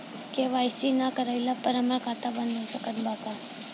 KYC ना करवाइला पर हमार खाता बंद हो सकत बा का?